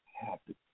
happy